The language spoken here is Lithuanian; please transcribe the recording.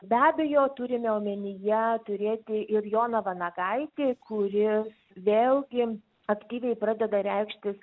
be abejo turime omenyje turėti ir joną vanagaitį kuris vėlgi aktyviai pradeda reikštis